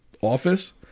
office